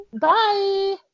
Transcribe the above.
Bye